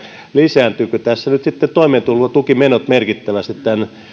lisääntyvätkö tässä nyt sitten toimeentulotukimenot merkittävästi tämän